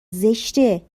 زشته